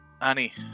Annie